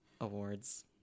awards